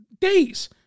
days